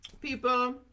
people